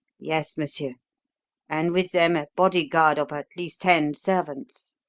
yes, monsieur and with them a bodyguard of at least ten servants.